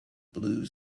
blue